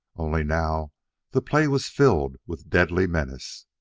only now the play was filled with deadly menace.